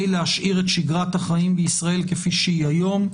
להשאיר את שגרת החיים בישראל כפי שהיא היום.